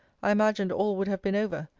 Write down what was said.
i imagined all would have been over,